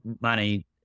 money